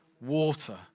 water